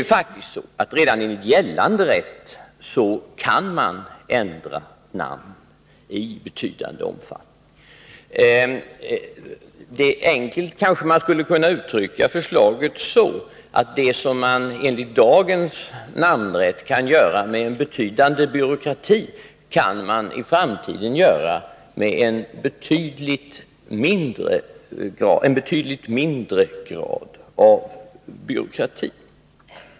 Redan enligt gällande rätt kan man faktiskt ändra namn i betydande omfattning. Enkelt kanske man skulle kunna uttrycka förslaget så, att det man enligt dagens namnrätt kan göra med en betydande byråkrati, kan man i framtiden göra med en betydligt mindre grad av byråkrati.